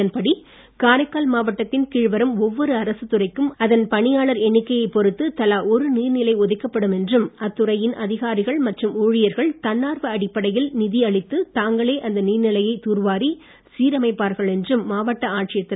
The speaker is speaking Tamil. இதன்படி காரைக்கால் மாவட்டத்தின் கீழ்வரும் ஒவ்வொரு அரசுத் துறைக்கும் அதன் பணியாளர் எண்ணிக்கையைப் பொறுத்து தலா ஒரு நீர் நிலை ஒதுக்கப்படும் என்றும் அத்துறையின் அதிகாரிகள் மற்றும் ஊழியர்கள் தன்னார்வ அடிப்படையில் நிதியளித்து தாங்களே அந்த நீர்நிலையை தூர்வாரி சீரமைப்பார்கள் என்றும் மாவட்ட ஆட்சியர் திரு